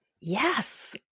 Yes